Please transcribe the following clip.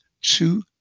two